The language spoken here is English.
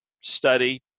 study